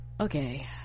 Okay